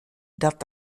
dat